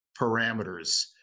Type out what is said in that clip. parameters